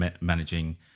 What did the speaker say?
managing